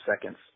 seconds